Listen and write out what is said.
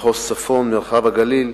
מחוז צפון, מרחב הגליל,